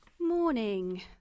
Morning